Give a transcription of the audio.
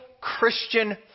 Christian